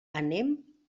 anem